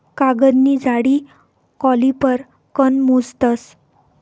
कागदनी जाडी कॉलिपर कन मोजतस